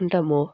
अन्त म